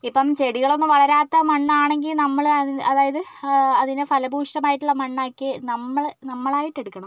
ഇപ്പോൾ ചെടികൾ ഒന്നും വളരാത്ത മണ്ണ് ആണെങ്കിൽ നമ്മള് അതായത് അതിനെ ഫലഭൂഷണമായിട്ടുള്ള മണ്ണാക്കി നമ്മൾ നമ്മളായിട്ട് എടുക്കണം